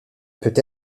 peut